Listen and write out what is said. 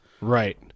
Right